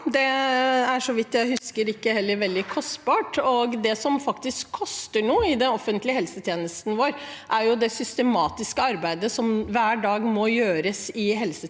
Det er, så vidt jeg husker, heller ikke veldig kostbart. Det som faktisk koster noe i den offentlige helsetjenesten vår, er det systematiske arbeidet som hver dag må gjøres i helsetjenesten